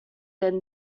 than